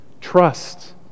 Trust